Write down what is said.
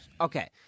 Okay